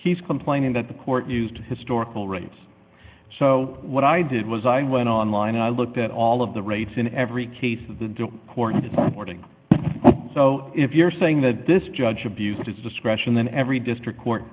he's complaining that the court used historical rates so what i did was i went online and i looked at all of the rates in every case of the don't coordinate boarding so if you're saying that this judge abused his discretion then every district court